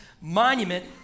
monument